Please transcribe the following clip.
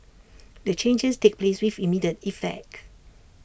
the changes take place with immediate effect